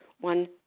one